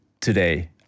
today